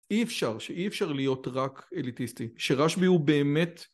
אי אפשר, שאי אפשר להיות רק אליטיסטי, שרשבי הוא באמת...